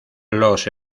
los